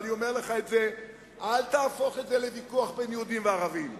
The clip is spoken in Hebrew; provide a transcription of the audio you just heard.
ואני אומר לך: אל תהפוך את זה לוויכוח בין יהודים לערבים.